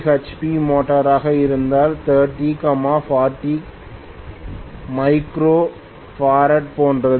5 HP மோட்டராக இருந்தால் 30 40 micro farad போன்றது